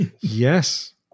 Yes